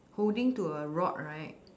holding to a rod right